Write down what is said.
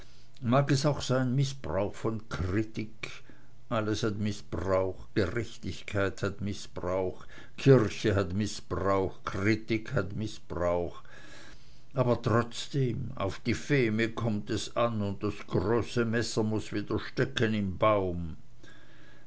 mag es auch sein mißbrauch von krittikk alles hat mißbrauch gerechtigkeit hat mißbrauch kirche hat mißbrauch krittikk hat mißbrauch aber trotzdem auf die feme kommt es an und das große messer muß wieder stecken im baum